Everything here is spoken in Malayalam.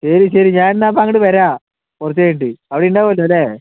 ശരി ശരി ഞാനിന്ന് ഇപ്പോൾ അങ്ങോട്ട് വരാം കുറച്ച് കഴിഞ്ഞിട്ട് അവിടെ ഉണ്ടാവുമല്ലോ അല്ലേ